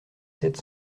sept